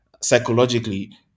psychologically